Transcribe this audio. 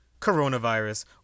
coronavirus